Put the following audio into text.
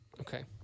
Okay